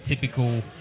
typical